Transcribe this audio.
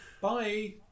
Bye